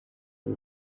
bwo